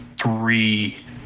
three